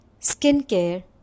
Skincare